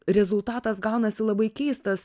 rezultatas gaunasi labai keistas